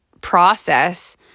process